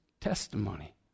testimony